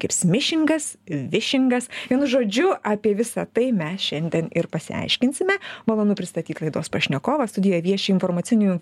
kaip smišingas višingas vienu žodžiu apie visą tai mes šiandien ir pasiaiškinsime malonu pristatyt laidos pašnekovą studijoje vieši informacinių